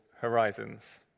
horizons